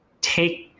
take